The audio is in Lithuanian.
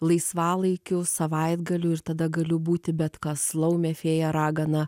laisvalaikiu savaitgaliui ir tada gali būti bet kas laumė fėja ragana